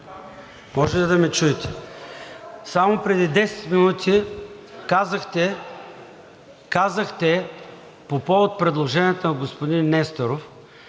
може ли да ме чуете? Само преди 10 минути казахте по повод предложенията на господин Несторов,